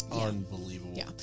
Unbelievable